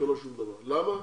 למה?